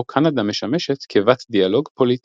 בו קנדה משמשת כבת דיאלוג פוליטי.